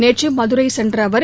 நேற்று மதுரை சென்ற அவர்